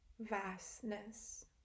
vastness